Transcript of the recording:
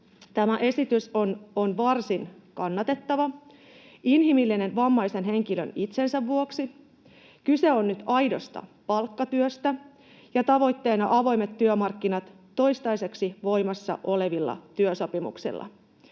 tämä esitys on varsin kannatettava ja inhimillinen vammaisen henkilön itsensä vuoksi. Kyse on nyt aidosta palkkatyöstä, ja tavoitteena ovat avoimet työmarkkinat toistaiseksi voimassa olevilla työsopimuksilla.